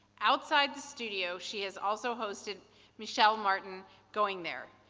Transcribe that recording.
outside the studio she has also hosted michel martin going there,